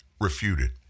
refuted